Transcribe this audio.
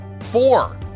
four